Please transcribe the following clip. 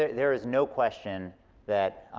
there is no question that